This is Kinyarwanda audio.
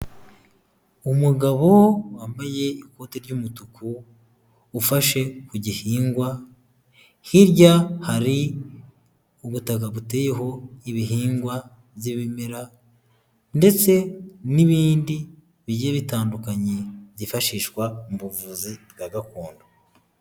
Umugabo wambaye ikote ry'umutuku ufashe ku gihingwa, hirya hari ubutaka buteyeho ibihingwa by'ibimera ndetse n'ibindi bigiye bitandukanye byifashishwa mu buvuzi bwa gakondo.